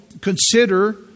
consider